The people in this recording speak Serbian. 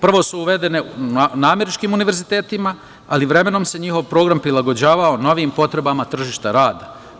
Prvo su uvedene na američkim univerzitetima, ali vremenom se njihov program prilagođavao novim potrebama tržišta rada.